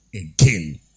again